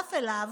בנוסף אליו,